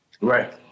Right